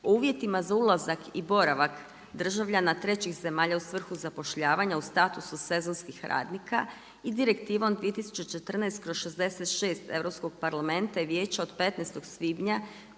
uvjetima za ulazak i boravak državljana trećih zemalja u svrhu zapošljavanja u statusu sezonskih radnika i Direktivom 2014/66 Europskog parlamenta i Vijeća od 15. svibnja